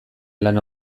lana